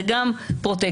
זה גם פרוטקשן.